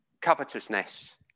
covetousness